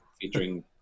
featuring